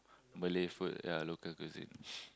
Malay food ya local cuisine